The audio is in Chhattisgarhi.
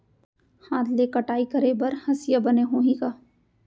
हाथ ले कटाई करे बर हसिया बने होही का?